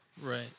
right